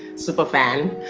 superfan.